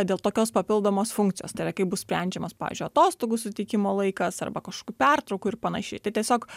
dėl tokios papildomos funkcijos tai yra kaip bus sprendžiamas pavyzdžiui atostogų suteikimo laikas arba kažkokių pertraukų ir panašiai tai tiesiog